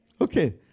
Okay